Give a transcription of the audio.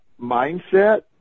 mindset